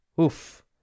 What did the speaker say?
Oof